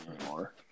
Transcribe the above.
anymore